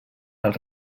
els